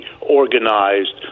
organized